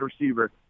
receiver